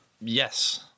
Yes